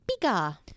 bigger